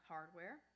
Hardware